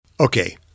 Okay